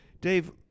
Dave